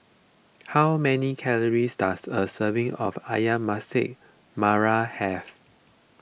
how many calories does a serving of Ayam Masak Merah have